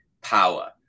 power